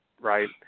right